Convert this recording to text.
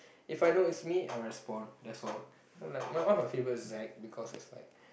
If I know it's me I will respond that's all then I'm like one of my favourite is Zac because it's like